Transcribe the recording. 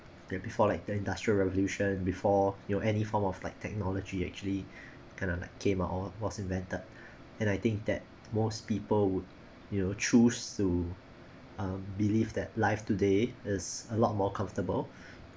they before like the industrial revolution before you know any form of like technology actually kind of like camera was invented and I think that most people would you know choose to um believe that life today is a lot more comfortable